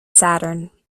saturn